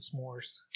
s'mores